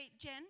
Jen